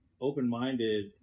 open-minded